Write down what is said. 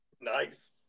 Nice